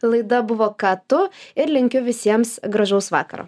laida buvo ką tu ir linkiu visiems gražaus vakaro